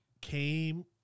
came